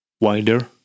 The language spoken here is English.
wider